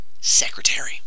secretary